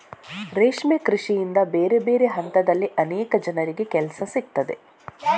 ರೇಷ್ಮೆ ಕೃಷಿಯಿಂದ ಬೇರೆ ಬೇರೆ ಹಂತದಲ್ಲಿ ಅನೇಕ ಜನರಿಗೆ ಕೆಲಸ ಸಿಗ್ತದೆ